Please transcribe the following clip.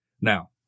Now